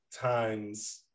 times